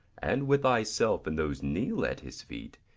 and with thy self and those kneel at his feet,